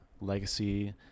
legacy